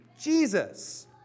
Jesus